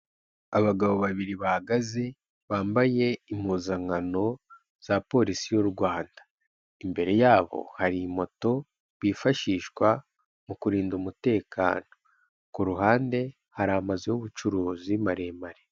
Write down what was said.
Abagabo babiri bahagaze bambaye impuzankano za polisi y'u Rwanda, imbere yabo hari moto bifashisha mu kurinda umutekano, ku ruhande hari amazu y'ubucuruzi maremare.